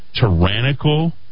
tyrannical